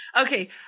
Okay